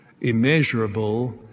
immeasurable